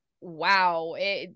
wow